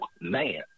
man